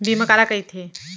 बीमा काला कइथे?